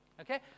Okay